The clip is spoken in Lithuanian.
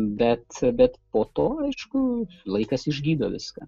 bet bet po to aišku laikas išgydo viską